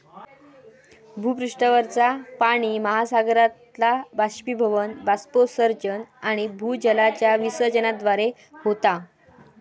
भूपृष्ठावरचा पाणि महासागरातला बाष्पीभवन, बाष्पोत्सर्जन आणि भूजलाच्या विसर्जनाद्वारे होता